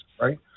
right